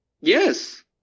Yes